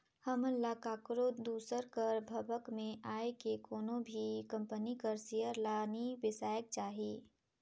हमन ल काकरो दूसर कर भभक में आए के कोनो भी कंपनी कर सेयर ल नी बेसाएक चाही